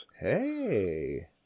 Hey